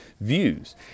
views